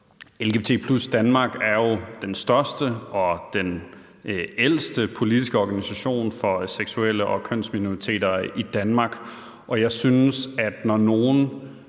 LGBT+ Danmark er jo den største og den ældste politiske organisation for seksuelle minoriteter og kønsminoriteter i Danmark,